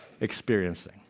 experiencing